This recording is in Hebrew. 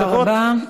תודה רבה.